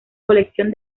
colección